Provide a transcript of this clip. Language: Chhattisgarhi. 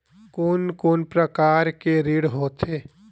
कोन कोन प्रकार के ऋण होथे?